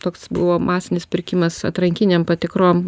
toks buvo masinis pirkimas atrankinėm patikrom